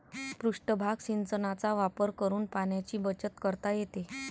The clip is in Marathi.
पृष्ठभाग सिंचनाचा वापर करून पाण्याची बचत करता येते